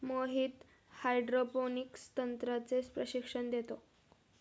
Mohit hydroponics तंत्राचे प्रशिक्षण देतो